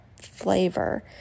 flavor